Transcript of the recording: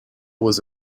was